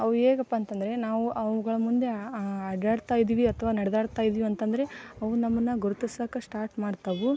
ಅವು ಹೇಗಪ್ಪಾ ಅಂತಂದರೆ ನಾವು ಅವುಗಳ ಮುಂದೆ ಅಡ್ಡಾಡ್ತ ಇದ್ದೀವಿ ಅಥವಾ ನಡೆದಾಡ್ತ ಇದ್ದೀವಿ ಅಂತಂದರೆ ಅವು ನಮ್ಮನ್ನು ಗುರ್ತಿಸೋಕ್ ಸ್ಟಾರ್ಟ್ ಮಾಡ್ತವೆ